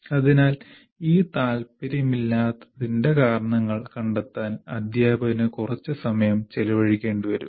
അതിനാൽ ഈ താൽപ്പര്യമില്ലാത്തതിന്റെ കാരണങ്ങൾ കണ്ടെത്താൻ അധ്യാപകന് കുറച്ച് സമയം ചിലവഴിക്കേണ്ടിവരും